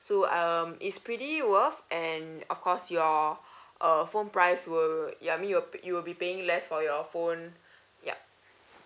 so um it's pretty worth and of course your uh phone price will ya mean you'll you will be paying less for your phone yup